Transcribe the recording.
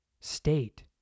state